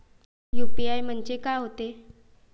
UPI म्हणजे का होते?